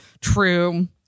true